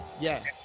Yes